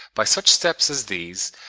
by such steps as these,